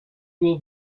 will